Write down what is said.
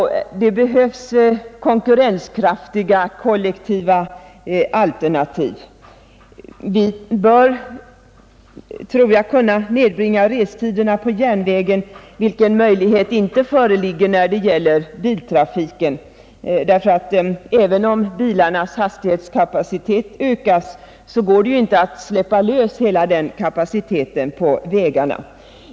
Det behövs konkurrenskraftiga kollektiva alternativ. Vi bör kunna nedbringa restiderna på järnvägen. Denna möjlighet föreligger inte när det gäller biltrafiken, ty även om bilarnas hastighetskapacitet ökas går det inte att släppa lös hela den kapaciteten på vägarna.